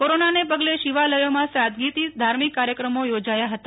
કોરોનાને પગલે શિવાલયોમાં સાદગીથી ધાર્મિક કાર્યક્રમો યોજાયા હતા